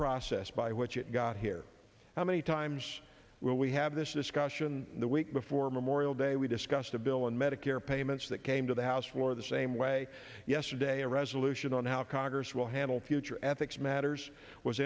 process by which it got here how many times will we have this discussion the week before memorial day we discussed a bill in medicare payments that came to the house floor the same way yesterday a resolution on how congress will handle future ethics matters was